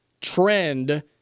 trend